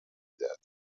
میدهد